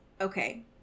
Okay